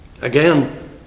Again